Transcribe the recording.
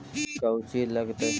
कौची लगतय?